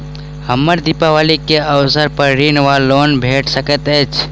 हमरा दिपावली केँ अवसर पर ऋण वा लोन भेट सकैत अछि?